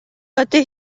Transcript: ydy